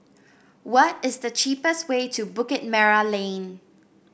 what is the cheapest way to Bukit Merah Lane